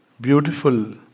beautiful